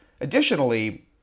Additionally